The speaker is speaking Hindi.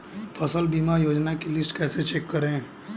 फसल बीमा योजना की लिस्ट कैसे चेक करें?